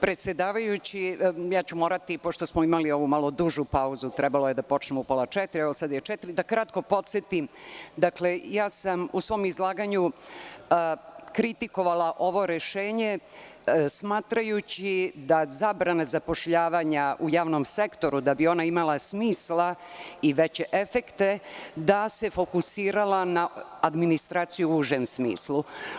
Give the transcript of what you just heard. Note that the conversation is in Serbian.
Predsedavajući, pošto smo imali malo duže pauzu, trebalo je da počnemo u pola četiri, evo sada je četiri, da kratko podsetim, u svom izlaganju sam kritikovala ovo rešenje smatrajući da zabrana zapošljavanja u javnom sektoru, da bi ona imala smisla i veće efekte, da se fokusirala na administraciju u užem smislu.